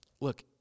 look